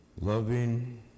loving